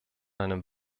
einem